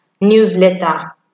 newsletter